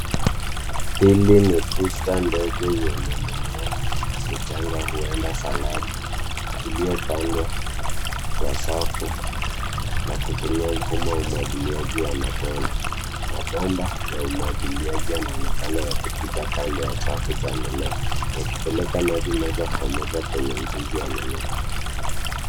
Hili ni bustani ndogo yenye mimea michanga huenda salad iliyopandwa kwa safu, na kutumia mfumo wa umwagiliaji wa matone. Mabomba ya umwagiliaji yanaonekana yakipita kando ya safu za mimea. Yakipeleka maji moja kwa moja kwenye mizizi ya mimea.